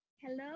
Hello